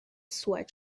sweat